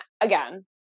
again